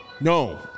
no